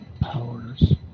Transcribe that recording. powers